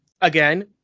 Again